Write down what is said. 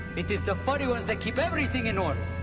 it is the furry ones that keep everything in order!